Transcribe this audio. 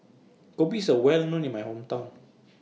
Kopi IS Well known in My Hometown